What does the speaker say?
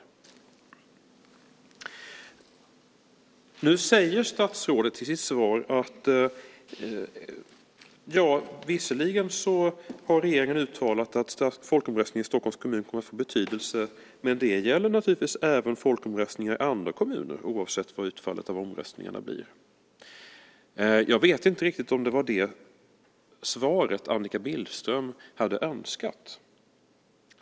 Nu säger statsrådet i sitt svar att regeringen visserligen har uttalat att folkomröstningen i Stockholms kommun kommer att få betydelse. Men det gäller naturligtvis även folkomröstningar i andra kommuner, oavsett vad utfallet av omröstningarna blir. Jag vet inte riktigt om det var det svar som Annika Billström hade önskat.